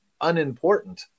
unimportant